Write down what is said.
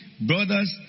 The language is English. brothers